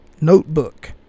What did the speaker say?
notebook